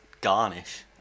garnish